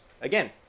Again